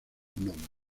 nómada